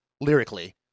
lyrically